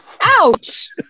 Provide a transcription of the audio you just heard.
Ouch